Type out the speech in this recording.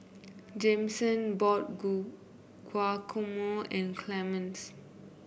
Jameson bought Guacamole and Clemence